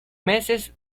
meses